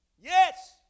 Yes